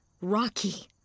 Rocky